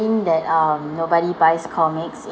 that uh nobody buys comics